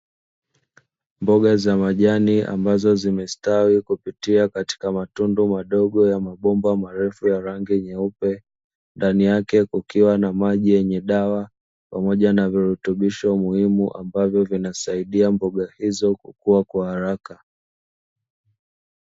Mboga za majani ambazo zimestawi kupitia katika matundu madogo ya mabomba marefu ya rangi nyeupe, ndani yake kukiwa na maji yenye dawa pamoja na virutubisho muhimu ambavyo vinasaidia mboga hizo kukua kwa haraka.